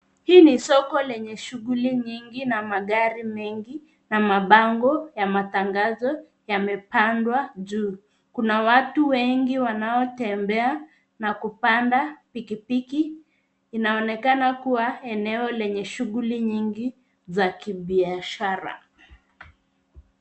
Hii ni soko lenye shughuli nyingi na magari mengi na mabango ya matangazo yamepandwa juu. Kuna watu wengi wanaotembea na kupanda piki piki. Inaonekana kuwa eneo lenye shughuli nyingi za kibiashara.